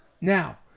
Now